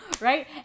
Right